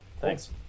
thanks